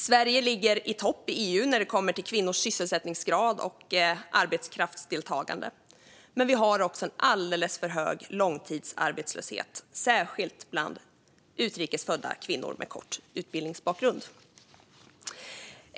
Sverige ligger i topp inom EU när det kommer till kvinnors sysselsättningsgrad och arbetskraftsdeltagande. Men vi har också en alldeles för hög långtidsarbetslöshet, särskilt bland utrikes födda kvinnor med kort utbildningsbakgrund.